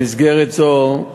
במסגרת זו,